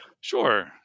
Sure